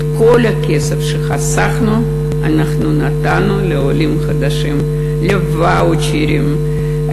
את כל הכסף שחסכנו אנחנו נתנו לעולים חדשים: לוואוצ'רים,